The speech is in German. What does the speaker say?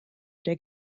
der